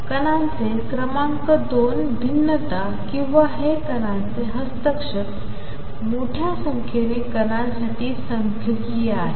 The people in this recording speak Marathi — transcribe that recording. कणांचे क्रमांक 2 भिन्नता किंवा हे कणांचे हस्तक्षेप मोठ्या संख्येने कणांसाठी संख्यकीय आहे